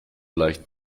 leicht